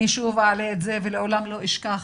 אני שוב אעלה את זה ולעולם לא אשכח,